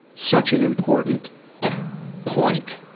such an important point.